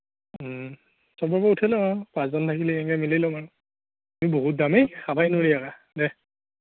ওম সবৰ পৰা উঠাই ল'ম পাঁচজন থাকিলে মিলাই ল'ম আৰু বহুত দাম এই খাবই নোৱাৰি আৰু দে